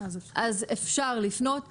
אז אפשר לפנות,